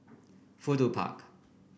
Fudu Park